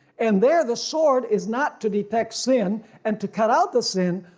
and there the sword is not to detect sin and to cut out the sin,